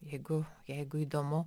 jeigu jeigu įdomu